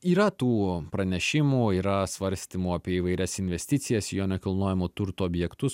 yra tų pranešimų yra svarstymų apie įvairias investicijas į jo nekilnojamo turto objektus